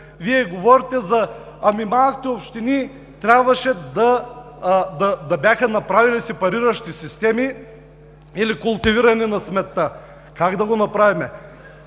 Къде са тези такси?! Малките общини трябваше да бяха направили сепариращи системи или култивиране на сметта. Как да го направим?